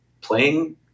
playing